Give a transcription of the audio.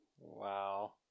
Wow